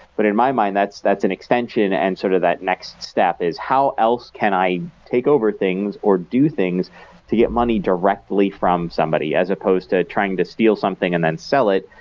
but in my mind, that's that's an extension and sort of that next step is how else can i take over things or do things to get money directly from somebody as opposed to trying to steal something and then sell it.